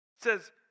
says